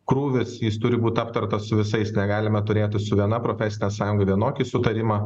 krūvis jis turi būt aptartas su visais negalime turėti su viena profesine sąjunga vienokį sutarimą